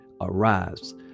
arise